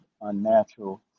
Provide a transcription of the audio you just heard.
unnatural